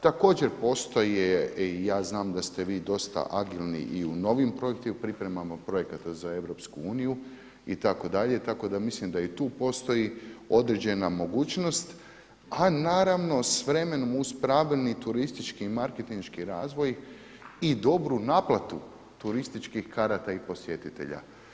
Također postoje i ja znam da ste vi dosta agilni i u novim projektnim pripremama, priprema projekata za EU itd. tako da mislim da i tu postoji određena mogućnost a naravno s vremenom uz pravilni turistički i marketinški razvoj i dobru naplatu turističkih karata i posjetitelja.